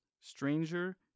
Stranger